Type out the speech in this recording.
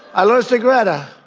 i lost a gretar